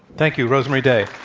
thank you, rosemarie day.